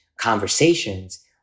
conversations